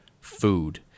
food